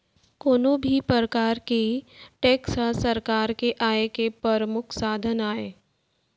कोनो भी परकार के टेक्स ह सरकार के आय के परमुख साधन आय